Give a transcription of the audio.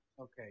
Okay